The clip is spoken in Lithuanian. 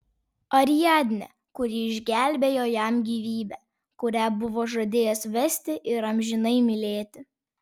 ariadnę kuri išgelbėjo jam gyvybę kurią buvo žadėjęs vesti ir amžinai mylėti